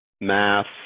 Math